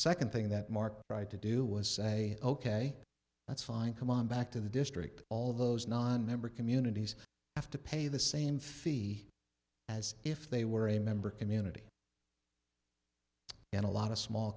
second thing that mark tried to do was say ok that's fine come on back to the district all of those nonmember communities have to pay the same fee as if they were a member community and a lot of small